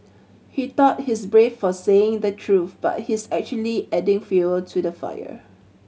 he thought he's brave for saying the truth but he's actually just adding fuel to the fire